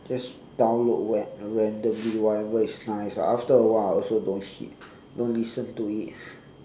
just download ran~ randomly whatever is nice ah after a while I also don't hit don't listen to it